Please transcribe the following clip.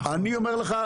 אני אומר לך,